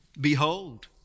behold